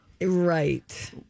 Right